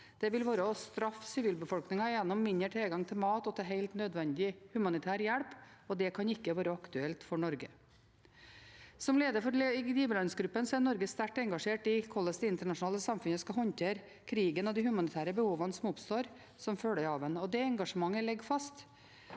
vil være å straffe sivilbefolkningen gjennom mindre tilgang til mat og helt nødvendig humanitær hjelp, og det kan ikke være aktuelt for Norge. Som leder for giverlandsgruppen er Norge sterkt engasjert i hvordan det internasjonale samfunnet skal håndtere krigen og de humanitære behovene som oppstår som følge av den, og det engasjementet ligger fast.